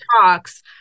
talks